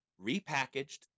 repackaged